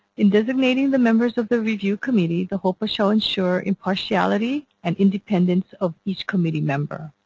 in designating the members of the review committee, the hopa shall ensure impartiality and independence of each committee member.